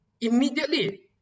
immediately